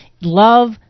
Love